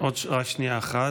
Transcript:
אבל אני מניח שזה יהיה חבר הכנסת